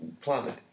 planet